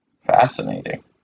Fascinating